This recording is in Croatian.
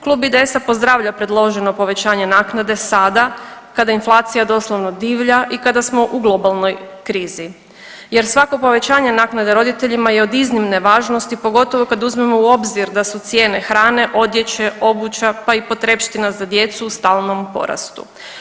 Klub IDS-a pozdravlja predloženo povećanje naknade sada kada inflacija doslovno divlja i kada smo u globalnoj krizi jer svako povećanje naknade roditeljima je od iznimne važnosti pogotovo kad uzmemo u obzir da su cijene hrane, odjeće, obuća pa i potrepština za djecu u stalnom porastu.